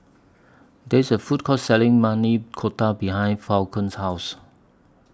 There IS A Food Court Selling Maili Kofta behind Falon's House